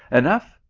enough,